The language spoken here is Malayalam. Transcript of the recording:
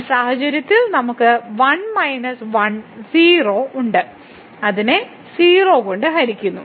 ഈ സാഹചര്യത്തിൽ നമുക്ക് 1 മൈനസ് 1 0 ഉണ്ട് അതിനെ 0 കൊണ്ട് ഹരിക്കുന്നു